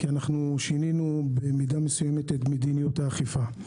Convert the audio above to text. שינינו במידה מסוימת את מדיניות האכיפה.